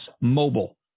mobile